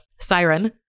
siren